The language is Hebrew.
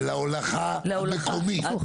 להולכה מקומית.